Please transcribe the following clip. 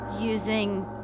using